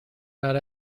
not